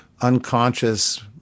unconscious